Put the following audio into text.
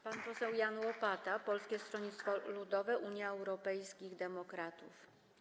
Pan poseł Jan Łopata, Polskie Stronnictwo Ludowe - Unia Europejskich Demokratów.